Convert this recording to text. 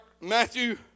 Matthew